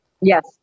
Yes